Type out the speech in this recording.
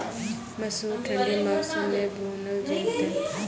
मसूर ठंडी मौसम मे बूनल जेतै?